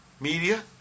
Media